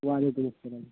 و علیکم السلام